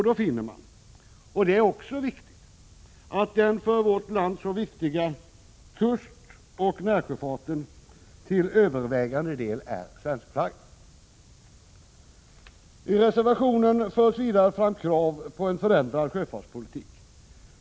Då finner man — vilket också är viktigt — att den för vårt land så viktiga kustoch närsjöfarten till övervägande del är svenskflaggad. I reservationen förs vidare fram krav på en förändrad sjöfartspolitik.